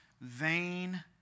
vain